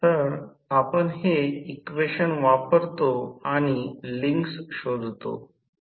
तर आपण हे इक्वेशन वापरतो आणि लिंक्स शोधतो